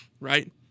right